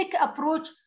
approach